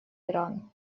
иран